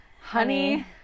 honey